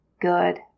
good